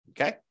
Okay